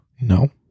No